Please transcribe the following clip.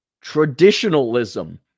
Traditionalism